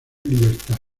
libertad